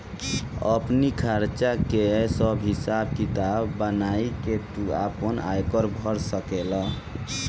आपनी खर्चा कअ सब हिसाब किताब बनाई के तू आपन आयकर भर सकेला